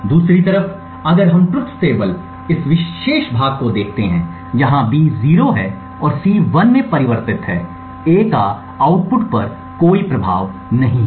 दूसरी तरफ अगर हम ट्रुथ टेबल इस विशेष भाग को देखते हैं जहाँ B 0 है और C 1 में परिवर्तन है A का आउटपुट पर कोई प्रभाव नहीं है